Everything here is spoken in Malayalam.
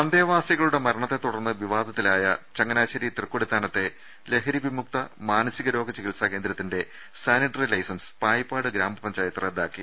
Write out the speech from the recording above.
അന്തേവാസികളുടെ മരണത്തെതുടർന്ന് വിവാദത്തിലായ ചങ്ങനാശേരി തൃക്കൊടിത്താനത്തെ ലഹരിവിമുക്ത മാനസിക രോഗ ചികിത്സാ കേന്ദ്രത്തിന്റെ സാനിട്ടറി ലൈസൻസ് പായിപ്പാട് ഗ്രാമപഞ്ചായത്ത് റദ്ദാക്കി